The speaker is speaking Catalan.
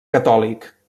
catòlic